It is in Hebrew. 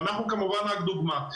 אנחנו כמובן רק דוגמה.